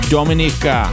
Dominica